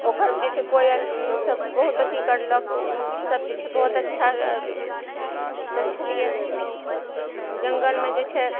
ओकर जे छै कोयल सब बहुत अथी करलक उ सब जे छै बहुत अच्छा से छलियै जङ्गलमे जे छै